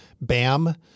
BAM